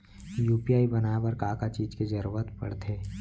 UPI बनाए बर का का चीज के जरवत पड़थे?